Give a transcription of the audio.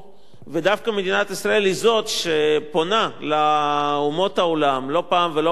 ודווקא מדינת ישראל היא שפונה לאומות העולם לא פעם ולא פעמיים,